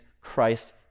Christ